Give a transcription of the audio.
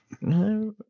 no